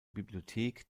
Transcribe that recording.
bibliothek